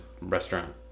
restaurant